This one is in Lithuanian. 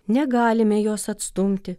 negalime jos atstumti